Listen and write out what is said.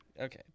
Okay